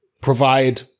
provide